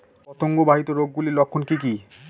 পতঙ্গ বাহিত রোগ গুলির লক্ষণ কি কি?